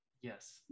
Yes